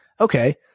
okay